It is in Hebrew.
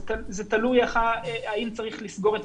זה תלוי האם צריך לסגור.